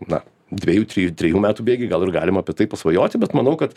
na dvejų trijų trejų metų bėgy gal ir galim apie tai pasvajoti bet manau kad